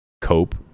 cope